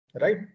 Right